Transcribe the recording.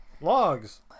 Logs